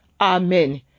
amen